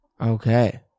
Okay